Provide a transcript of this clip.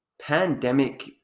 pandemic